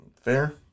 Fair